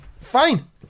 Fine